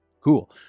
cool